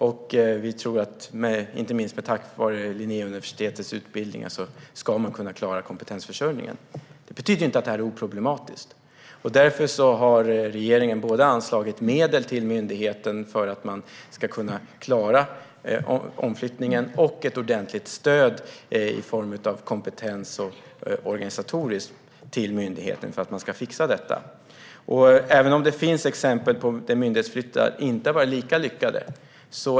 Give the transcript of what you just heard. Och vi tror att man, inte minst med tanke på Linnéuniversitets utbildningar, ska kunna klara kompetensförsörjningen. Det betyder inte att det är oproblematiskt. Därför har regeringen både anslagit medel till myndigheten för att man ska kunna klara omflyttningen och gett ett ordentligt stöd i form av organisatorisk kompetens till myndigheten för att man ska fixa detta. Det finns exempel på myndighetsflyttar som inte har varit lika lyckade.